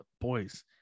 boys